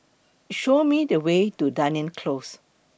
Show Me The Way to Dunearn Close